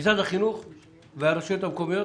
משרד החינוך והרשויות המקומיות,